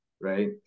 right